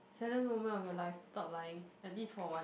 saddest moment of your life stop lying at least for one